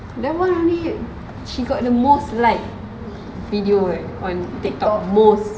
that [one] only she got the most like video on TikTok most